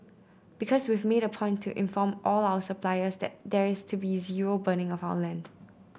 because we've made a point to inform all our suppliers that there is to be zero burning of our land